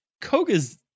Koga's